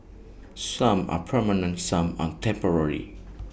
some are permanent some are temporary